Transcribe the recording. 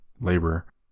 labor